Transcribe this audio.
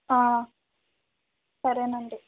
సరే అండీ